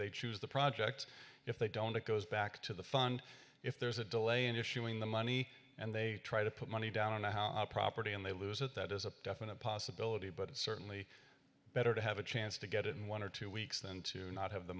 they choose the project if they don't it goes back to the fund if there's a delay in issuing the money and they try to put money down to how a property and they lose it that is a definite possibility but it's certainly better to have a chance to get it in one or two weeks than to not have the